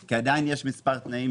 כי עדיין יש מספר תנאים,